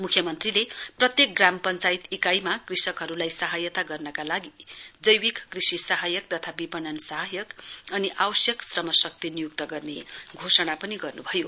मुख्यमन्त्रीले प्रत्येक ग्राम पञ्चायत इकाइमा कृषकहरूलाई सहायता गर्नका लागि जैविक कृषि सहायक तथा विपणन सहायक अनि आवश्यक श्रमशक्ति नियुक्त गर्ने घोषणा पनि गर्नुभयो